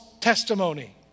testimony